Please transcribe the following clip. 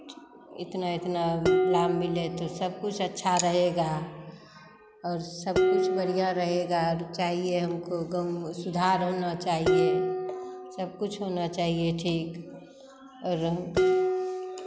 इतना इतना लाभ मिले तो सब कुछ अच्छा रहेगा और सब कुछ बढ़ियाँ रहेगा और चाहिए हमको गांव मे सुधार होना चाहिए सब कुछ होना चाहिए ठीक और